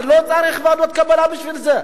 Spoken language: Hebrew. אבל לא צריך ועדות קבלה בשביל זה.